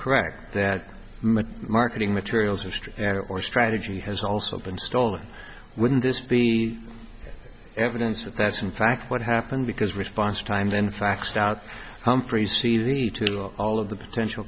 correct that marketing materials history and or strategy has also been stolen wouldn't this be evidence that that's in fact what happened because response time then faxed out humphries cd to all of the potential